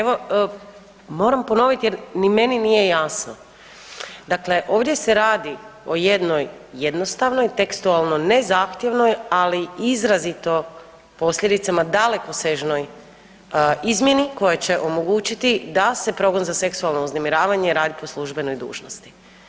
Evo, moram ponoviti jer ni meni nije jasno, dakle ovdje se radi o jednoj jednostavnoj, tekstualno nezahtjevnoj, ali izrazito, posljedicama, dalekosežnoj izmjeni koje će omogućiti da se progon za seksualno uznemiravanje radi po službenoj dužnosti.